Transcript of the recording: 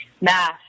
math